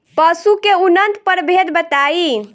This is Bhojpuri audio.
पशु के उन्नत प्रभेद बताई?